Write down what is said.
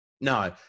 No